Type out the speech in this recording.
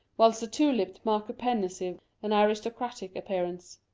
whilst a tulip marked a pensive and aristocratic appearance.